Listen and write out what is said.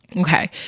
Okay